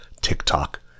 TikTok